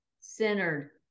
centered